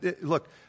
look